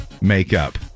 makeup